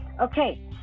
Okay